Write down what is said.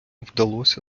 вдалося